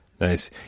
nice